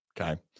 Okay